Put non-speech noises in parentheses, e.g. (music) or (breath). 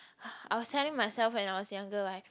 (breath) I was telling myself when I was younger [right]